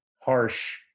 harsh